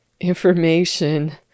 information